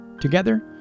Together